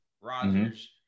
Rodgers